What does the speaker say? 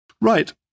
Right